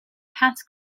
hans